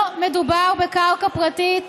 לא מדובר בקרקע פרטית.